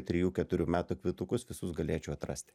trijų keturių metų kvitukus visus galėčiau atrasti